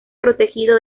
protegido